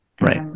Right